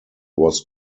was